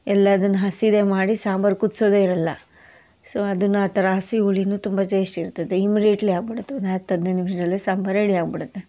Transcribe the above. ಎಲ್ಲದನ್ನೂ ಹಸೀದೆ ಮಾಡಿ ಸಾಂಬಾರು ಕುದ್ಸೋದೇ ಇರೋಲ್ಲ ಸೊ ಅದನ್ನು ಆ ಥರ ಹಸಿ ಹುಳಿಯೂ ತುಂಬ ಚೇಸ್ಟ್ ಇರ್ತದೆ ಇಮ್ಮಿಡಿಯೇಟ್ಲಿ ಆಗ್ಬಿಡತ್ತೆ ಒಂದು ಹತ್ತು ಹದಿನೈದು ನಿಮ್ಷದಲ್ಲೇ ಸಾಂಬಾರು ರೆಡಿ ಆಗ್ಬಿಡತ್ತೆ